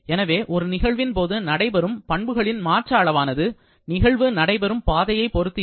எனவே ஒரு நிகழ்வின் போது நடைபெறும் பண்புகளின் மாற்ற அளவானது நிகழ்வு நடைபெறும் பாதையை பொறுத்து இல்லை